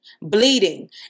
Bleeding